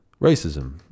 racism